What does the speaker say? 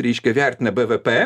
reiškia vertina bvp